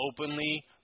openly